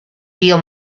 tío